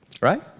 right